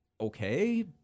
Okay